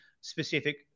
specific